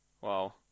Wow